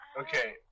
Okay